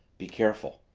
be careful!